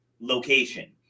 location